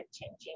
changing